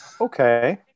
Okay